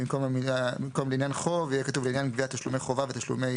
במקום "לעניין חוב" יהיה כתוב: "לעניין גביית תשלומי חובה ותשלומי